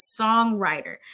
songwriter